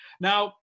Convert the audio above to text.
Now